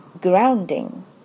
grounding